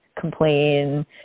complain